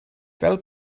fel